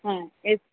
হ্যাঁ এর